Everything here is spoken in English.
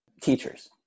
teachers